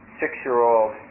six-year-old